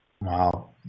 Wow